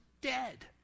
dead